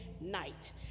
night